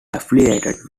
affiliated